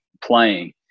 playing